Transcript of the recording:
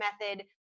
method